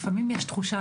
לפעמים יש תחושה,